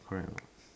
correct